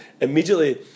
immediately